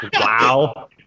Wow